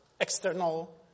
external